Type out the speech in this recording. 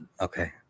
Okay